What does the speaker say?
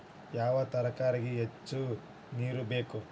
ಯಾವ ತರಕಾರಿಗೆ ಹೆಚ್ಚು ನೇರು ಬೇಕು?